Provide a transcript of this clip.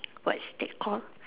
what's that called